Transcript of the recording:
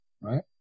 right